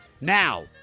Now